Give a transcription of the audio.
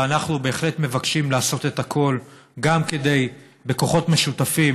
ואנחנו בהחלט מבקשים לעשות את הכול בכוחות משותפים